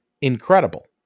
incredible